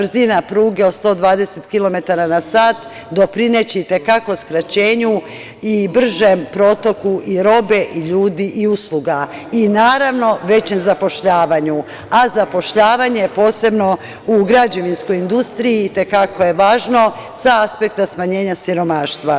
Brzina pruge od 120 kilometara na sat doprineće i te kako skraćenju i bržem protoku i robe, ljudi, usluga i, naravno, većem zapošljavanju, a zapošljavanje posebno u građevinskoj industriji i te kako je važno sa aspekta smanjenja siromaštva.